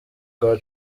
kwa